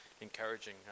encouraging